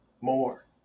more